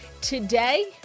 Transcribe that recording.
today